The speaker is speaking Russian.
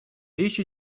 речь